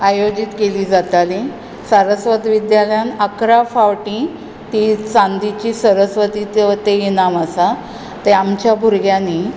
आयोजीत केल्ली जाताली सारस्वत विद्यालयांत अकरा फावटी ती चांदीचो सारस्वतीचो ते इनाम आसा ते आमच्या भुरग्यांनी